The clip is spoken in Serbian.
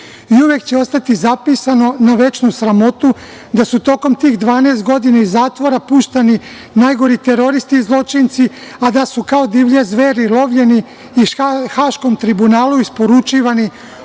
će ostati zapisano na večnu sramotu da su tokom tih dvanaest godina iz zatvora pušteni najgori teroristi i zločinci, a da su kao divlje zveri lovljeni i Haškom Tribunalu isporučivani